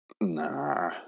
Nah